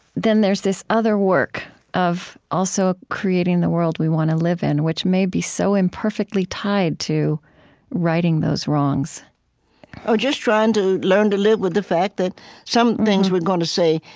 then there's this other work of also creating the world we want to live in, which may be so imperfectly tied to righting those wrongs or just trying to learn to live with the fact that some things, we're going to say,